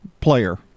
player